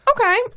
Okay